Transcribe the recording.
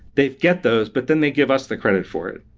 they get those, but then they give us the credit for it.